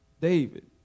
David